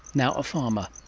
now a farmer.